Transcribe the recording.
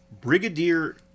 brigadier